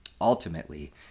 ultimately